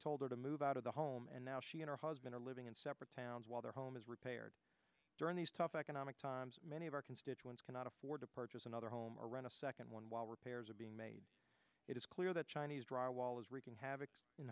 told her to move out of the home and now she and her husband are living in separate towns while their home is repaired during these tough economic times many of our constituents cannot afford to purchase another home or run a second one while repairs are being made it is clear that chinese drywall is wreaking havoc in